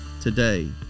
today